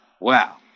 Wow